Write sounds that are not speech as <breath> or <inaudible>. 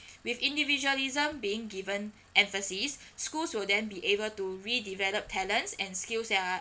with individualism being given emphasis <breath> schools will then be able to redevelop talents and skills that are